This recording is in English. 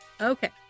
Okay